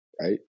right